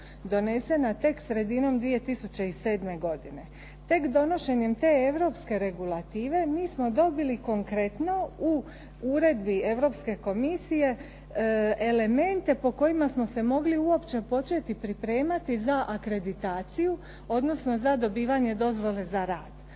donesena tek sredinom 2007. godine. Tek donošenjem te europske regulative mi smo dobili konkretno u uredbi Europske komisije elemente po kojima smo se mogli uopće početi pripremati za akreditaciju, odnosno za dobivanje dozvole za rad.